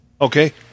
Okay